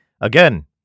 Again